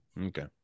Okay